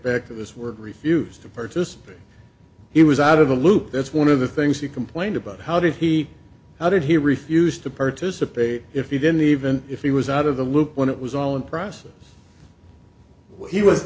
back to this word refuse to purchase he was out of the loop that's one of the things he complained about how did he how did he refuse to participate if he didn't even if he was out of the loop when it was all in process he was